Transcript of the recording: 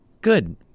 Good